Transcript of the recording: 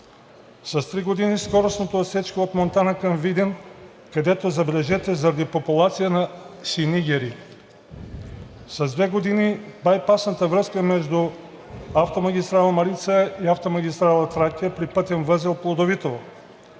- с три години скоростната отсечка от Монтана към Видин, забележете, заради популация на синигери; - с две години байпасната връзка между автомагистрала „Марица“ и автомагистрала „Тракия“ при пътен възел Плодовитово